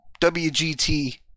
WGT